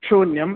शून्यं